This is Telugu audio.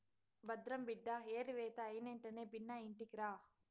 భద్రం బిడ్డా ఏరివేత అయినెంటనే బిన్నా ఇంటికిరా